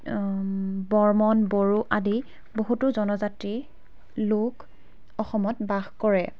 বৰ্মন বড়ো আদি বহুতো জনজাতি লোক অসমত বাস কৰে